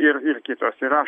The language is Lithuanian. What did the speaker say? ir ir kitos yra